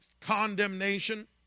condemnation